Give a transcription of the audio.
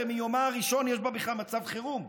הרי מיומה הראשון יש בה בכלל מצב חירום.